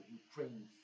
ukraine